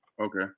Okay